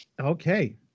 Okay